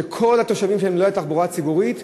שכל התושבים שלהם ללא תחבורה ציבורית,